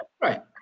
Right